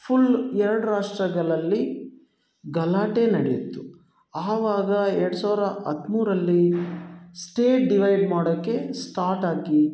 full ಎರಡು ರಾಷ್ಟ್ರಗಳಲ್ಲಿ ಗಲಾಟೆ ನಡೆಯಿತು ಆವಾಗ ಎರಡು ಸಾವಿರ ಹದಿಮೂರರಲ್ಲಿ ಸ್ಟೇಟ್ ಡಿವೈಡ್ ಮಾಡೋಕ್ಕೆ ಸ್ಟಾಟಾಗಿ